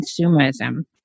consumerism